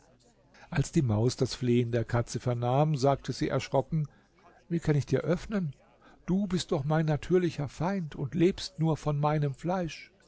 als die maus das flehen der katze vernahm sagte sie erschrocken wie kann ich dir öffnen du bist doch mein natürlicher feind und lebst nur von meinem fleisch